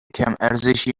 کمارزشی